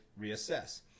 reassess